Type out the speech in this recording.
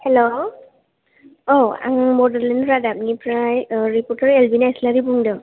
हेल' औ आङो बड'लेण्ड रादाबनिफ्राय रिफरथार एलबिन इसलारि बुंदों